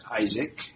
Isaac